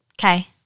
Okay